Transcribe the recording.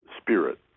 Spirit